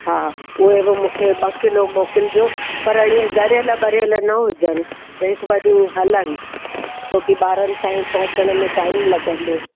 हा उहे बि मूंखे ॿ किलो मोकिलिजो पर ईअं ॻरियल वरियल न हुजनि हिकु ॿ ॾींहं हलनि छोकी ॿारनि ताईं पहुचण में टाइम लॻंदो